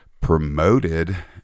promoted